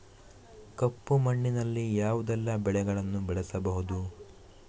ಕಪ್ಪು ಮಣ್ಣಿನಲ್ಲಿ ಯಾವುದೆಲ್ಲ ಬೆಳೆಗಳನ್ನು ಬೆಳೆಸಬಹುದು?